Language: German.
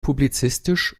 publizistisch